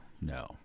No